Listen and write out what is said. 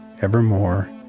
evermore